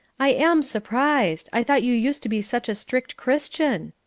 i am surprised. i thought you used to be such a strict christian.